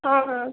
ہاں ہاں